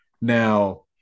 Now